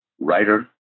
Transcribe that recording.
writer